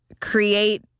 create